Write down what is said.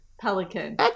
pelican